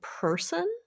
person